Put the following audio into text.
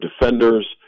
defenders